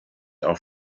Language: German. auch